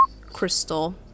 crystal